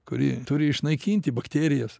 kuri turi išnaikinti bakterijas